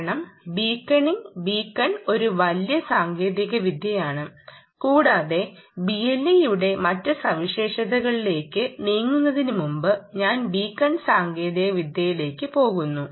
കാരണം beaconing beacon ഒരു വലിയ സാങ്കേതികവിദ്യയാണ് കൂടാതെ BLE യുടെ മറ്റ് സവിശേഷതകളിലേക്ക് നീങ്ങുന്നതിനുമുമ്പ് ഞാൻ ബീക്കൺ സാങ്കേതികവിദ്യയിലേക്ക് പോകുന്നു